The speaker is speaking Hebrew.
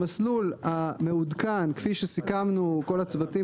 המסלול המעודכן כפי שסיכמנו כל הצוותים